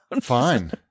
Fine